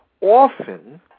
often